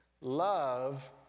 Love